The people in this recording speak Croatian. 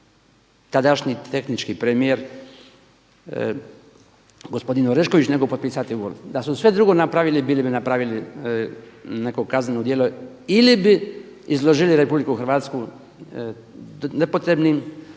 tadašnji tehnički premijer gospodin Orešković nego potpisati ugovor. Da su sve drugo napravili bili bi napravili neko kazneno djelo ili bi izložili Republiku Hrvatsku nepotrebnim